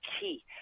key